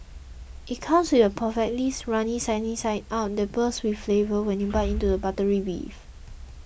it comes with a perfectly runny sunny side up that bursts with flavour when you bite into the buttery beef